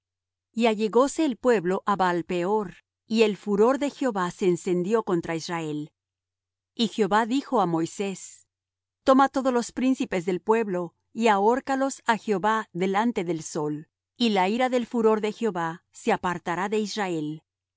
y allegóse el pueblo á baal-peor y el furor de jehová se encendió contra israel y jehová dijo á moisés toma todos los príncipes del pueblo y ahórcalos á jehová delante del sol y la ira del furor de jehová se apartará de israel